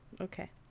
Okay